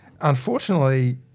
Unfortunately